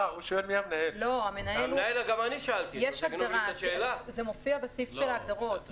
זה מופיע בסעיף של ההגדרות.